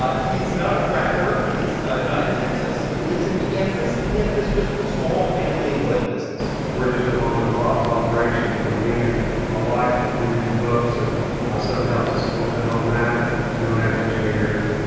ah he's not a fracker. he's not in texas. he lives in kansas, and he has this just small family oil business we're just a mom and pop operation. you know, me and my wife, we do the books. and my son helps us a little bit on that. so we don't have engineers,